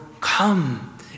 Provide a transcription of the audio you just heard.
come